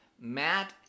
matt